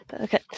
Okay